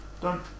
Done